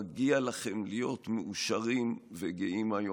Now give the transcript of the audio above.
מגיע לכם להיות מאושרים וגאים היום.